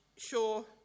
sure